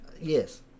Yes